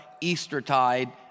Eastertide